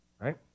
Right